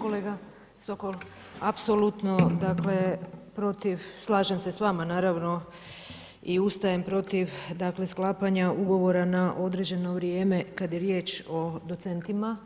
Kolega Sokol, apsolutno dakle slažem se s vama naravno i ustajem protiv sklapanja ugovora na određeno vrijeme kad je riječ o docentima